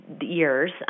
years